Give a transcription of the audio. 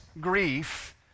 grief